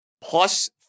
Plus